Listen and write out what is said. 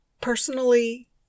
personally